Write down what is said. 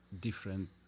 different